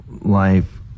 life